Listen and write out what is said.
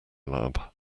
lab